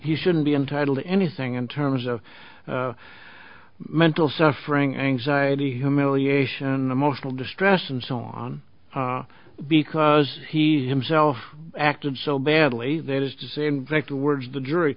you shouldn't be entitled to anything in terms of mental suffering anxiety humiliation emotional distress and so on because he's himself active so badly there is just direct words the jury